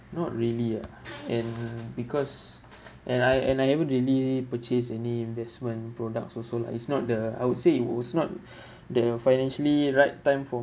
not really ah and ah because and I and I haven't really purchased any investment products also it's not the I would say it was not the financially right time for